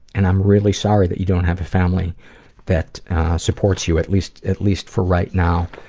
and i'm really sorry that you don't have a family that supports you, at least, at least for right now.